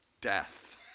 death